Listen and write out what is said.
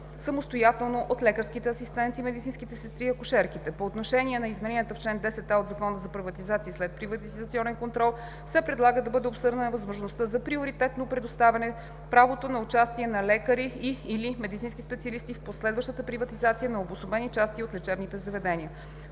самостоятелно от лекарските асистенти, медицинските сестри и акушерките. По отношение измененията в чл. 10а от Закона за приватизация и следприватизационен контрол се предлага да бъде обсъдена възможността за приоритетно предоставяне правото на участие на лекари и/или медицински специалисти в последващата приватизация на обособени части от лечебните заведения.